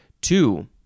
Two